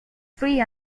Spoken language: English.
free